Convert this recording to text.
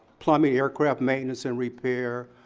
plumbing, aircraft maintenance and repair,